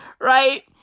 Right